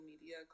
media